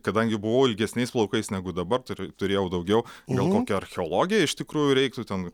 kadangi buvau ilgesniais plaukais negu dabar tur turėjau daugiau gal kokią archeologiją iš tikrųjų reiktų ten